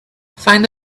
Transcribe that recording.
find